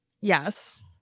Yes